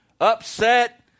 upset